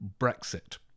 Brexit